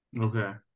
Okay